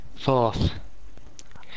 Fourth